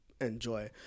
enjoy